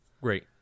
Great